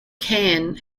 can